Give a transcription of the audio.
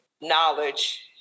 knowledge